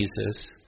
Jesus